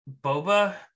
Boba